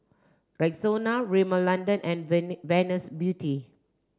Rexona Rimmel London and Venus Beauty